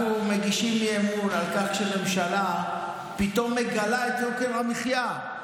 אנחנו מגישים אי-אמון על כך שהממשלה פתאום מגלה את יוקר המחיה,